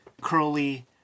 curly